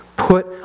Put